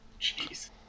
Jeez